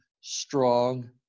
strong